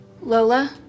Lola